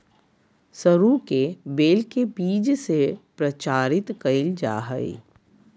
सरू के बेल के बीज से प्रचारित कइल जा हइ